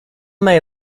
may